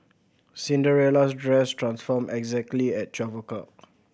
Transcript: Cinderella's dress transformed exactly at twelve o'clock